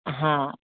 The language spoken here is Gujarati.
હા